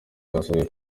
rwasabwe